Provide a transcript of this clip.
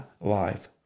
life